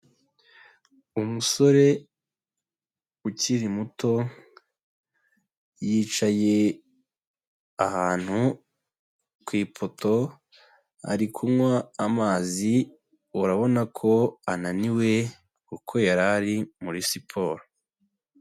Umusore ukiri muto, yicaye ahantu ku ipoto, ari kunywa amazi, urabona ko ananiwe kuko yari ari muri siporo.